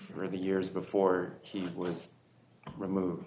for the years before he was removed